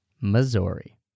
Missouri